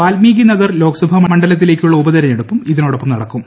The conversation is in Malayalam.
വാൽമീകി നഗർ ലോക്സഭാ മണ്ഡലത്തിലേക്കുള്ള ഉപതെരഞ്ഞെടുപ്പും ഇതിനൊപ്പം നടക്കും